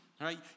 right